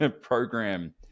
Program